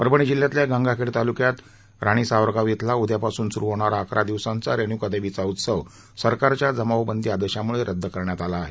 परभणी जिल्ह्यातल्या गंगाखेड तालुक्यात राणीसावरगाव श्रेला उद्यापासून सुरु होणारा अकरा दिवसाचा रेणुकादेवीचा उत्सव सरकारच्या जमावबंदी आदेशामुळे रद्द करण्यात आला आहे